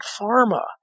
pharma